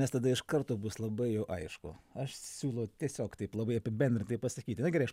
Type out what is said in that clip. nes tada iš karto bus labai jau aišku aš siūlau tiesiog taip labai apibendrintai pasakyti na gerai aš